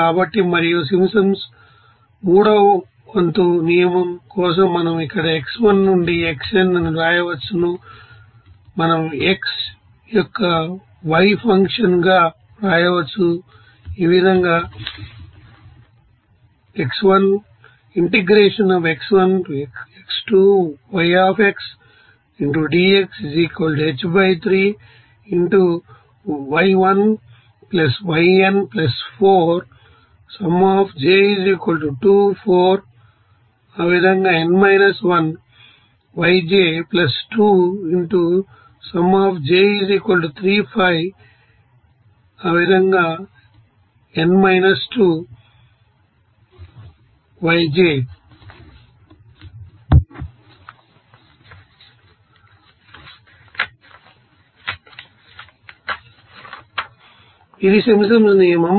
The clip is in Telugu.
కాబట్టి మరియు సింప్సన్స్ మూడవ వంతు నియమం కోసం మనం ఇక్కడ x1 నుండి xn అని వ్రాయవచ్చును మనం x యొక్క y ఫంక్షన్ గా వ్రాయవచ్చు ఈ విధంగా ఇది సింప్సన్స్ నియమం